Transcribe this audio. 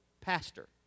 pastor